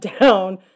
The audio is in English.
down